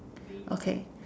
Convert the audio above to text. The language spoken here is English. okay